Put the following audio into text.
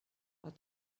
but